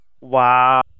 Wow